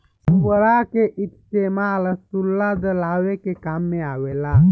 पुअरा के इस्तेमाल चूल्हा जरावे के काम मे भी आवेला